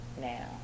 now